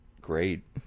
great